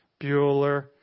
Bueller